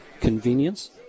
Convenience